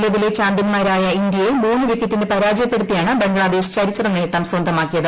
നിലവിലെ ചാമ്പ്യന്മാരായ ഇന്ത്യയെ മൂന്നു വിക്കറ്റിന് പരാജയപ്പെടുത്തിയാണ് ബംഗ്ലാദേശ് ചരിത്ര നേട്ടം സ്വന്തമാക്കിയത്